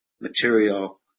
material